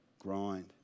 grind